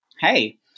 Hey